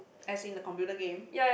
as in the computer game